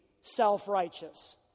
self-righteous